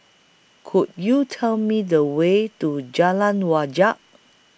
Could YOU Tell Me The Way to Jalan Wajek